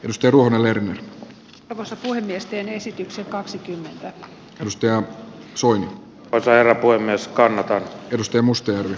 ostetun lehden tavasta puhemiesten esitykset kaksikymmentä rystyä suinen pesäero kuin myös kannattaa edusti mustan